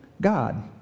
God